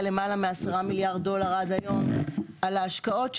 מעל ל-10 מיליארד דולר עד היום על ההשקעות שלה,